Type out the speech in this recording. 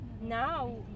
Now